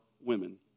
women